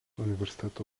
universiteto